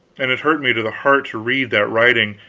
and it hurt me to the heart to read that writing,